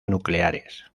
nucleares